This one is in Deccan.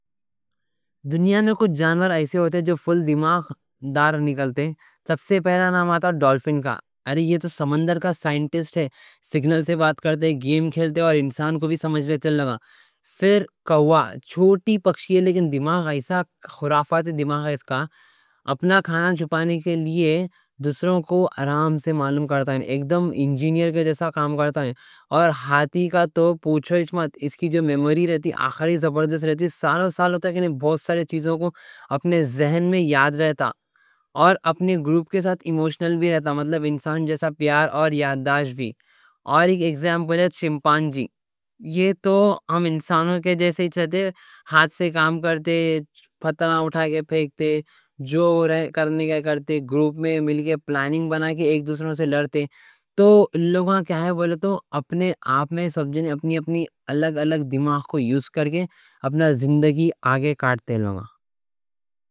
دنیا میں کچھ جانور ایسے ہوتے ہیں جو فل دماغ دار نکلتے ہیں۔ سب سے پہلا نام آتا ہے ڈولفن کا۔ ارے یہ تو سمندر کا سائنٹسٹ ہے، سگنل سے بات کرتے ہیں، گیم کھیلتے ہیں اور انسان کو بھی سمجھ لیتے۔ پھر کوا چھوٹا پرندہ ہے، لیکن دماغ ایسا خرافی سا؛ اس کا اپنا کھانا چھپانے کے لیے دوسروں کو آرام سے معلوم کرتا، ایک دم انجینئر کے جیسا کام کرتا۔ اور ہاتھی کا تو پوچھو اِچ مت، اس کی جو میموری رہتی، ایک دم زبردست رہتی۔ سالوں سال بہت سارے چیزوں کو اپنے ذہن میں یاد رکھتا، اور اپنے گروپ کے ساتھ ایموشنل بھی رہتا؛ مطلب انسان جیسا پیار اور یادداشت بھی۔ اور ایک ایکزیمپل ہے چمپینزی۔ یہ تو ہم انسانوں کے جیسے ہی رہتے ہیں۔ ہاتھ سے کام کرتے، پتھر اٹھا کے پھینکتے، جو کرنے کا ہے وہ کرتے، گروپ میں مل کے پلاننگ بنا کے ایک دوسرے سے لڑتے۔ تو ان لوگوں بولے تو، اپنے آپ میں اپنا اپنا الگ الگ دماغ یوز کرکے اپنی زندگی آگے کاٹتے یہ لوگ۔